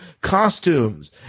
costumes